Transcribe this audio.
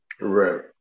Right